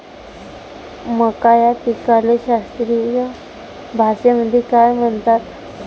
मका या पिकाले शास्त्रीय भाषेमंदी काय म्हणतात?